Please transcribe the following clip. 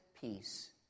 peace